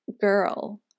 girl